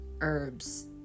herbs